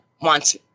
wants